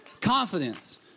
confidence